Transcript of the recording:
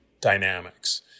dynamics